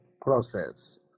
process